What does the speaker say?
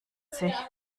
sich